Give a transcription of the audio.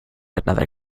another